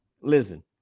listen